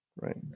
right